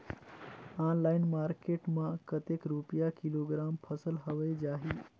Online market मां कतेक रुपिया किलोग्राम फसल हवे जाही?